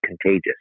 contagious